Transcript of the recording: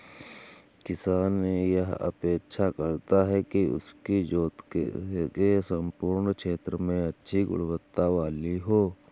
किसान यह अपेक्षा करता है कि उसकी जोत के सम्पूर्ण क्षेत्र में अच्छी गुणवत्ता वाली हो